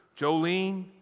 Jolene